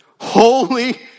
Holy